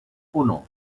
uno